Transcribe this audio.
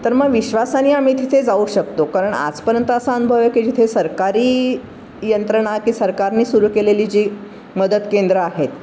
तर मग विश्वासाने आम्ही तिथे जाऊ शकतो कारण आजपर्यंत असा अनुभव आहे की जिथे सरकारी यंत्रणा की सरकारने सुरू केलेली जी मदत केंद्रं आहेत